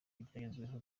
ibyagezweho